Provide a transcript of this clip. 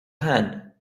hand